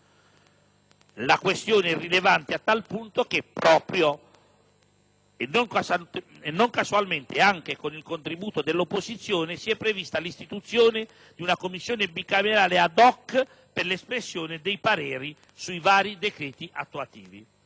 La questione è talmente rilevante che proprio, e non casualmente con il contributo determinante dell'opposizione, si è prevista l'istituzione di una Commissione bicamerale *ad hoc* per l'espressione dei pareri sui vari decreti attuativi.